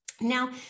Now